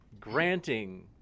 granting